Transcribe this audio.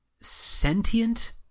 sentient